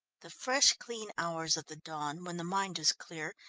the fresh clean hours of the dawn, when the mind is clear,